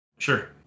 Sure